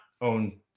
Own